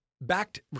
backed